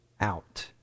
out